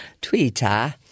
Twitter